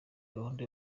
gahunda